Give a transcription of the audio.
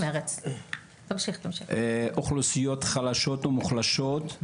אוכלוסיות חלשות ומוחלשות.